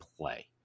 play